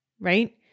right